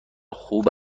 خوب